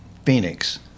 Phoenix